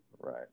right